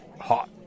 hot